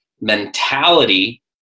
mentality